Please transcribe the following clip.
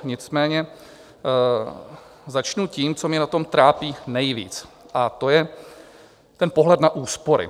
Nicméně začnu tím, co mě na tom trápí nejvíc, a to je ten pohled na úspory.